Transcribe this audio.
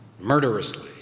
murderously